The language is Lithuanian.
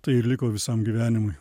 tai ir liko visam gyvenimui